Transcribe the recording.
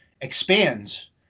expands